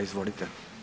Izvolite.